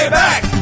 back